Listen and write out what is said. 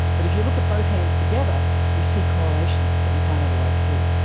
but if you look at both hands together you see correlations that you can't otherwise see.